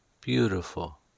Beautiful